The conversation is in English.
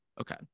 Okay